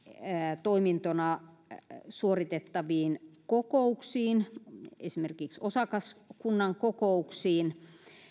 etätoimintona suoritettaviin kokouksiin esimerkiksi osakaskunnan kokouksiin